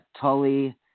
Tully